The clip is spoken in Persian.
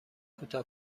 کوتاه